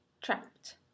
Trapped